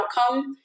outcome